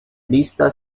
vista